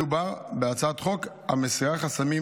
מדובר בהצעת חוק המסירה חסמים,